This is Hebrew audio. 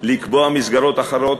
לקבוע מסגרות אחרות.